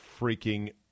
freaking